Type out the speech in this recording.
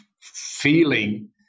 feeling